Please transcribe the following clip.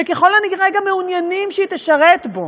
וככל הנראה גם מעוניינים שהיא תשרת בו.